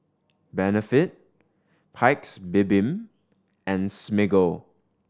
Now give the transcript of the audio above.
Benefit Paik's Bibim and Smiggle